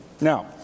Now